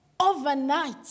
overnight